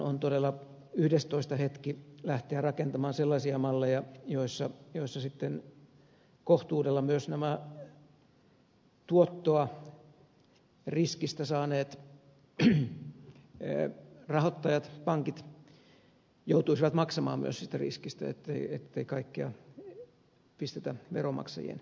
on todella yhdestoista hetki lähteä rakentamaan sellaisia malleja joissa sitten kohtuudella myös nämä tuottoa riskistä saaneet rahoittajat pankit joutuisivat maksamaan siitä riskistä ettei kaikkea pistetä veronmaksajien piikkiin